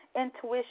Intuition